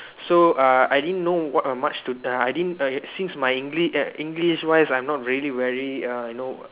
so uh I didn't know what much to uh I didn't uh since my English err English wise I'm not really very uh you know